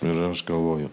ir aš galvoju